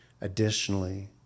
Additionally